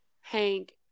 hank